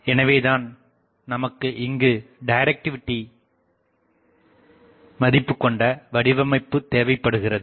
எனவேதான் நமக்கு அதிக டைரக்டிவிடி மதிப்புகொண்ட வடிவமைப்பு தேவைபடுகிறது